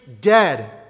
dead